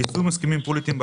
התייעצות.